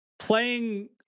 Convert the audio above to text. Playing